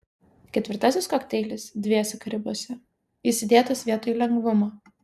ketvirtasis kokteilis dviese karibuose jis įdėtas vietoj lengvumo